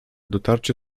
dotarcie